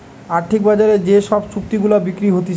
আর্থিক বাজারে যে সব চুক্তি গুলা বিক্রি হতিছে